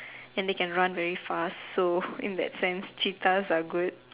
and they can run very fast so in that sense cheetahs are good